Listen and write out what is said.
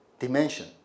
Dimension